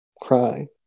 cry